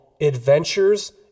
Adventures